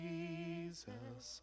Jesus